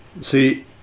See